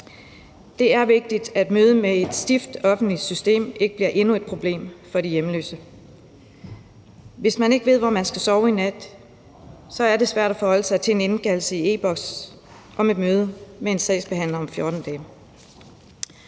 Det er vigtigt, at mødet med et stift offentligt system ikke bliver endnu et problem for de hjemløse. Hvis man ikke ved, hvor man skal sove i nat, er det svært at forholde sig til en indkaldelse i e-Boks om et møde med en sagsbehandler om 14 dage.